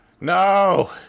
No